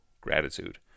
gratitude